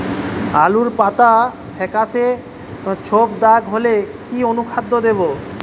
আলুর পাতা ফেকাসে ছোপদাগ হলে কি অনুখাদ্য দেবো?